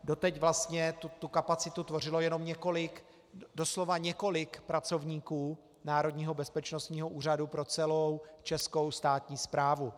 Doteď vlastně tu kapacitu tvořilo jenom několik doslova několik pracovníků Národního bezpečnostního úřadu pro celou českou státní správu.